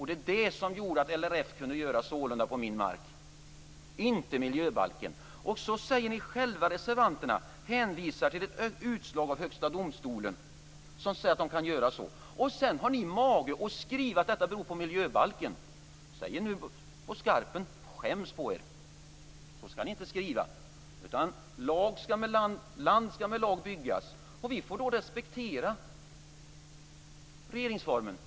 Det är detta som gjorde att LRF kunde göra sålunda på min mark - inte miljöbalken. Reservanterna hänvisar till ett utslag av Högsta domstolen. Sedan har ni mage att skriva att detta beror på miljöbalken. Nu säger jag till på skarpen: Skäms på er! Så skall ni inte skriva. "Land skall med lag byggas." Vi får respektera regeringsformen.